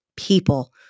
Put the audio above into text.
people